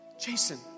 Jason